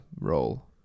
role